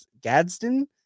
Gadsden